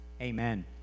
Amen